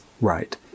Right